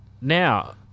Now